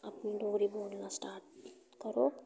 अपनी डोगरी बोलना स्टार्ट करो